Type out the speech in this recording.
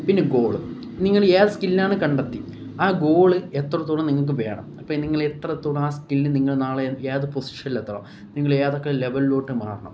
പിന്നെ ഗോള് നിങ്ങളേത് സ്കില്ലാണ് കണ്ടെത്തി ആ ഗോള് എത്രത്തോളം നിങ്ങള്ക്ക് വേണം അപ്പോള് നിങ്ങള് എത്രത്തോളം ആ സ്കില് നിങ്ങള് നാളെ ഏത് പൊസിഷനിലെത്തണം നിങ്ങളേതൊക്കെ ലെവലിലോട്ട് മാറണം